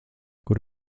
kur